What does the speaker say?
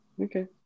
Okay